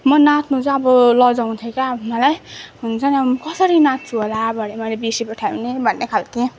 म नाच्नु चाहिँ अब लजाउँथे क्या अब मलाई हुन्छ नि अब म कसरी नाच्छु होला भरे मैले बिर्सिपठाएँ भने भन्ने खालके